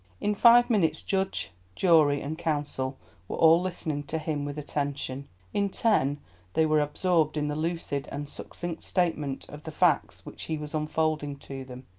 in five minutes judge, jury and counsel were all listening to him with attention in ten they were absorbed in the lucid and succinct statement of the facts which he was unfolding to them.